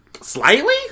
Slightly